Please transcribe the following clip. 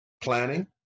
planning